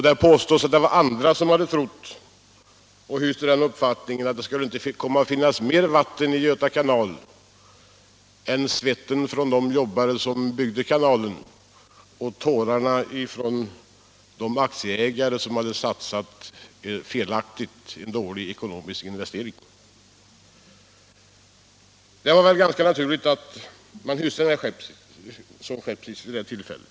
Det påstås att andra hyste den uppfattningen att det inte skulle finnas mer vatten i Göta kanal än svetten från de jobbare som arbetade på kanalbygget och tårarna från aktieägarna som hade satsat felaktigt och gjort en dålig investering. Det var väl ganska naturligt att många hyste sådan skepsis vid det tillfället.